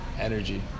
Energy